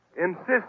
Insist